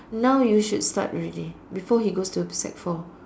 now you should start already before he goes to sec four